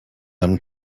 them